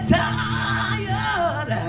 tired